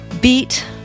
beat